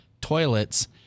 toilets